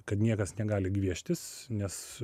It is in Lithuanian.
kad niekas negali gvieštis nes